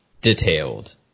detailed